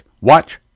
Watch